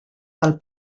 del